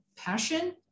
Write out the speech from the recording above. Passion